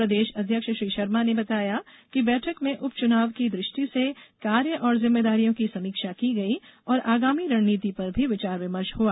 प्रदेश अध्यक्ष श्री शर्मा ने बताया कि बैठक में उपचुनाव की दृष्टि से कार्य और जिम्मेदारियों की समीक्षा की गयी और आगामी रणनीति पर भी विचार विमर्श हुआ